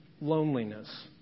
loneliness